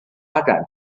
发展